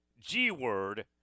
G-Word